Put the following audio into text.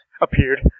Appeared